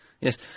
Yes